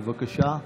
בבקשה.